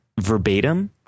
verbatim